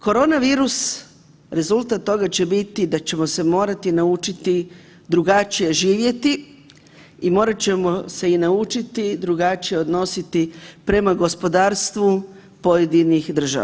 Koronavirus, rezultat toga će biti da ćemo se morati naučiti drugačije živjeti i morat ćemo se i naučiti drugačije odnositi prema gospodarstvu pojedinih država.